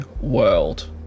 world